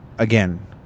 Again